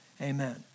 Amen